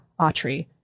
Autry